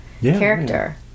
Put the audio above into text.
character